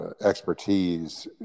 expertise